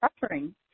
suffering